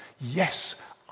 yes